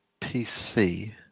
PC